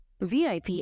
VIP